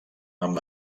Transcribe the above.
amb